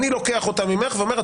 אני לוקח אותה ממך ואומר,